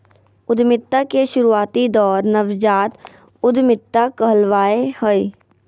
उद्यमिता के शुरुआती दौर नवजात उधमिता कहलावय हय